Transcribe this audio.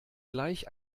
gleich